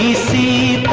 see